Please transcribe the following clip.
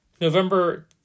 November